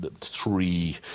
three